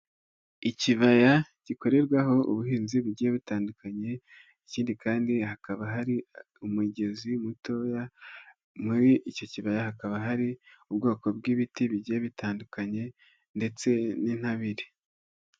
Ikibaya gikorerwaho ubuhinzi bugiye butandukanye, ikindi kandi hakaba hari umugezi mutoya, muri icyo kibaya hakaba hari ubwoko bw'ibiti bigiye bitandukanye ndetse n'intabire.